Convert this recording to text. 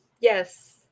yes